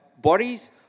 bodies